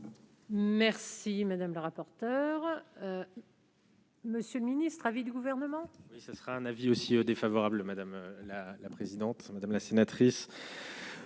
Merci madame la rapporteure. Monsieur le ministre à vie du gouvernement. Et ce sera un avis aussi défavorable, madame la la présidente, madame la sénatrice.